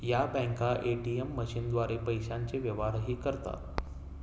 या बँका ए.टी.एम मशीनद्वारे पैशांचे व्यवहारही करतात